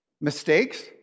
Mistakes